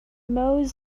most